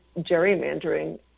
gerrymandering